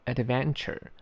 Adventure，